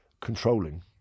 controlling